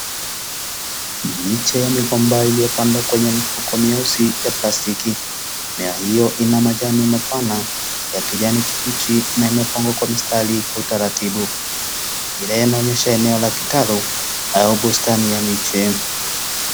Miche ya migomba iliyopandwa kwenye mifuko mieusi ya plastiki mimea hiyo ina majani mapana ya kijani kimbichi na imepangwa mistari kwa utaratibu. Mingineyo inaonyesha eneo la kitaro inayo bustani ya miche.